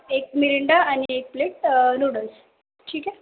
एक मिरिंडा आणि एक प्लेट नूडल्स ठीक आहे